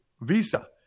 Visa